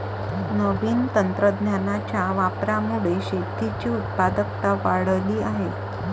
नवीन तंत्रज्ञानाच्या वापरामुळे शेतीची उत्पादकता वाढली आहे